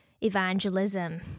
evangelism